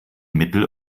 mittel